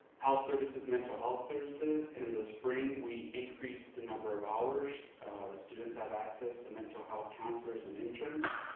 health services mental health services. in the spring we increased the number of hours students have access to mental health counselors and interns.